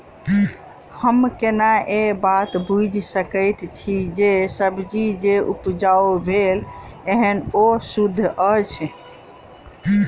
हम केना ए बात बुझी सकैत छी जे सब्जी जे उपजाउ भेल एहन ओ सुद्ध अछि?